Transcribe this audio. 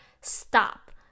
stop